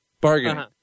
Bargain